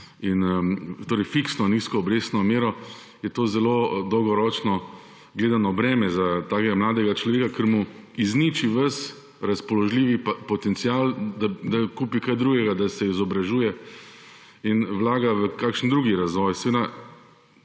s fiksno nizko obrestno mero, je to dolgoročno gledano breme za takega mladega človeka, ker mu izniči ves razpoložljivi potencial, da kupi kaj drugega, da se izobražuje in vlaga v kakšen drug razvoj. Te